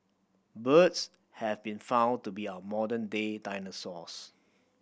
birds have been found to be our modern day dinosaurs